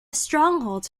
stronghold